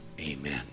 Amen